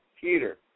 Peter